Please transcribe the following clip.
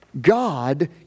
God